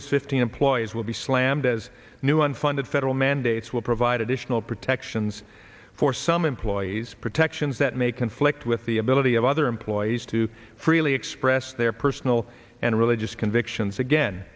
as fifty employees will be slammed as new unfunded federal mandates will provide additional protections for some employees protections that may conflict with the ability of other employees to freely express their personal and religious convictions again